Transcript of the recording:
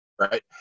Right